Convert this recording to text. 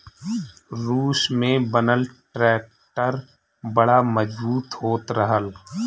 रूस में बनल ट्रैक्टर बड़ा मजबूत होत रहल